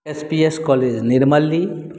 H P S college Nirmali